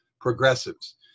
progressives